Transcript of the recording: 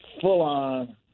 full-on